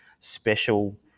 special